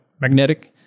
magnetic